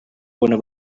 bona